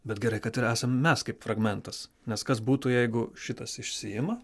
bet gerai kad ir esam mes kaip fragmentas nes kas būtų jeigu šitas išsiima